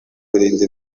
birinda